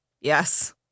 Yes